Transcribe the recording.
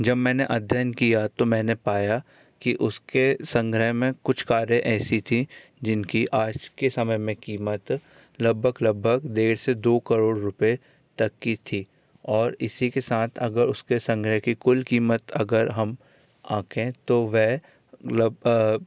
जब मैंने अध्ययन किया तो मैंने पाया कि उसके संग्रह मे कुछ कारें ऐसी थी जिसकी आज के समय मे कीमत लगभग लगभग डेढ़ से दो करोड़ रुपये तक की थी और इसी के साथ अगर उसके संग्रह की कुल कीमत अगर हम आँके तो वह लगभग